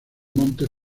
montes